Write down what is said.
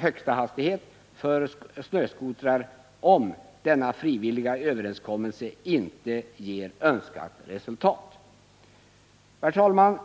högsta hastighet för snöskotrar om denna frivilliga överenskommelse inte ger önskat resultat. Herr talman!